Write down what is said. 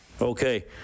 Okay